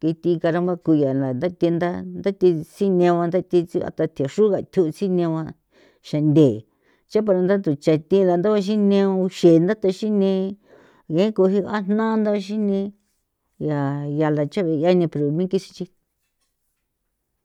ke thi caramba ku yaa la ntha thentha ntha thisine ba ntha thi tsjo a ta the xruga tjo sine gua xande cha para ntha tho chetje la nduxi ne uxe ntha thaxi ne yeko jia jnantha ntha xine ya yala che bi'iane pero minki xihi.